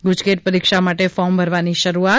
ગુજકેટ પરીક્ષા માટે ફોર્મ ભરવાની શરૂઆત